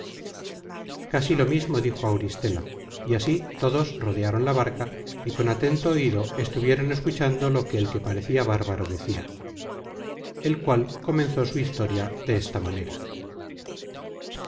casi lo mismo dijo auristela y así todos rodearon la barca y con atento oido estuvieron escuchando lo que el que parecia bárbaro decia el cual comenzó su historia desta manera